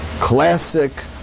classic